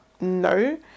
no